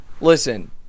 Listen